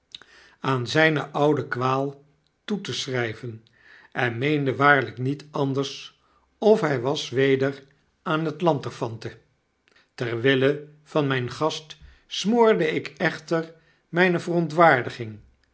aan zyne oude kwaal toe te schrijven en meende waarlyk niet anders of hy was weder aan t lanterfanten ter wille van myn gast smoorde ik echter mijne verontwaardiging